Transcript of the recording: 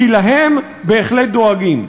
כי להם בהחלט דואגים.